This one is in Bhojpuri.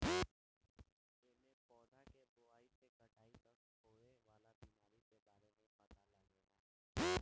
एमे पौधा के बोआई से कटाई तक होखे वाला बीमारी के बारे में पता लागेला